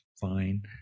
Fine